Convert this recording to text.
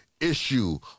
issue